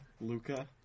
Luca